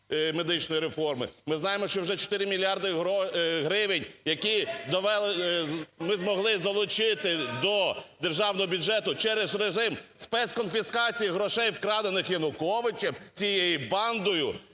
медичної реформи. Ми знаємо, що вже 4 мільярди гривень, які ми змогли залучити до державного бюджету через режим спецконфіскації грошей, вкрадених Януковичем, цією бандою,